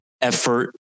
effort